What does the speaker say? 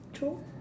true